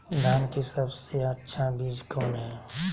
धान की सबसे अच्छा बीज कौन है?